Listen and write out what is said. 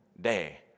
day